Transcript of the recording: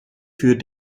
für